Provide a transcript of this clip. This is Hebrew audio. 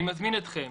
אני מזמין אתכם